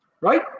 right